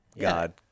God